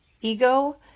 Ego